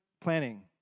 planning